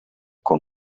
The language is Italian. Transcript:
con